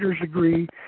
agree